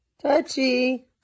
Touchy